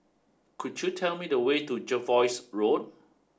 could you tell me the way to Jervois Road